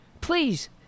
Please